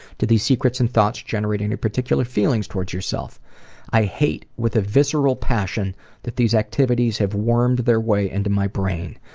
did these secrets and thoughts generate any particular feelings towards yourself i hate with a visceral passion that these activities have wormed their way into my brain.